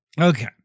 Okay